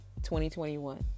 2021